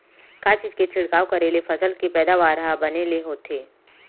का चीज के छिड़काव करें ले फसल के पैदावार ह बने ले होथे?